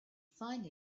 find